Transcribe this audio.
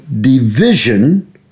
division